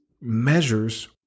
measures